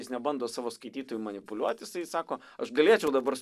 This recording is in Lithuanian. jis nebando savo skaitytoju manipuliuot jisai sako aš galėčiau dabar